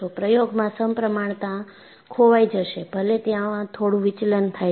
પ્રયોગમાં સમપ્રમાણતા ખોવાઈ જશે ભલે ત્યાં થોડું વિચલન થાય છે